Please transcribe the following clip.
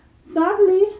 Sadly